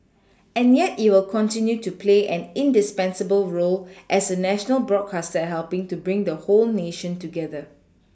and yet it'll continue to play an indispensable role as the national broadcaster helPing to bring the whole nation together